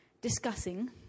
discussing